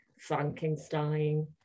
Frankenstein